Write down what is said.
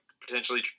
potentially